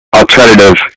alternative